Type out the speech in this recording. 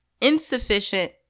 insufficient